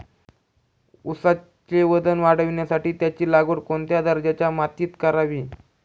ऊसाचे वजन वाढवण्यासाठी त्याची लागवड कोणत्या दर्जाच्या मातीत करावी?